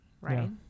right